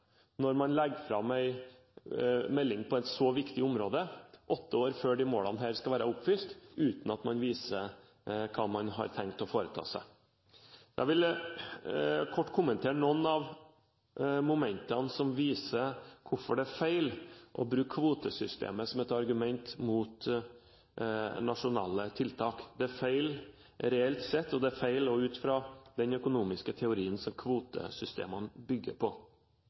når man legger fram en melding på et så viktig område – åtte år før disse målene skal være oppfylt – uten at man viser hva man har tenkt å foreta seg. Jeg vil kort kommentere noen av momentene som viser hvorfor det er feil å bruke kvotesystemet som et argument mot nasjonale tiltak. Det er feil reelt sett, og det er også feil ut fra den økonomiske teorien som kvotesystemene bygger på.